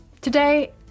Today